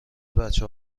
بچه